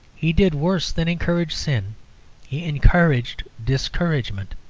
he did worse than encourage sin he encouraged discouragement.